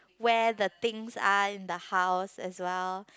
where the things are in the house as well